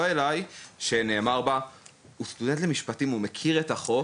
אליי שנאמר בה "הוא סטודנט למשפטים והוא מכיר את החוק.